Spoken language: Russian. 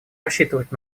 рассчитывать